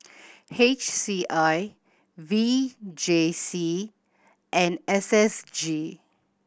H C I V J C and S S G